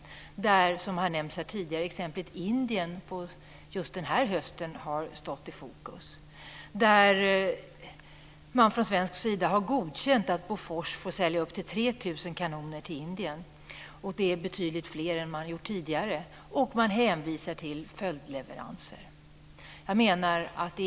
Indien, som har nämnts som exempel tidigare, har stått i fokus under hösten. Från svensk sida har man godkänt att Bofors får sälja upp till 3 000 kanoner till Indien, vilket är betydligt fler än tidigare. Man hänvisar till följdleveranser.